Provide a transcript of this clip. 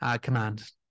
command